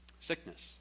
sickness